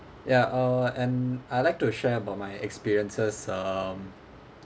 ya uh and I like to share about my experiences um